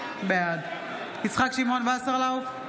בעד יצחק שמעון וסרלאוף,